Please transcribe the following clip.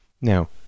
Now